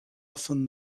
often